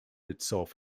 itself